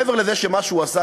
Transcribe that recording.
מעבר לזה שמה שהוא עשה,